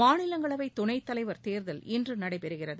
மாநிலங்களவை துணைத் தலைவர் தேர்தல் இன்று நடைபெறுகிறது